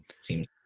seems